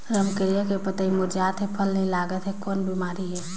रमकलिया के पतई मुरझात हे फल नी लागत हे कौन बिमारी हे?